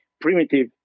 primitive